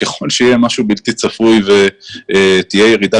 ככל שיהיה משהו בלתי צפוי ותהיה ירידה